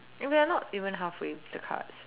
and we're not even halfway with the cards